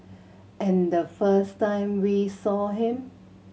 and the first time we saw him